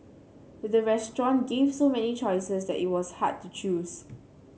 the restaurant gave so many choices that it was hard to choose